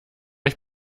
ich